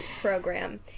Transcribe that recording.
program